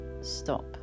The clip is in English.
stop